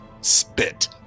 spit